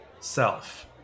Self